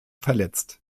verletzt